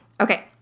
okay